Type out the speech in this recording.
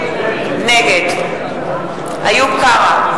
נגד איוב קרא,